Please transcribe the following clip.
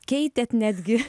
keitėt netgi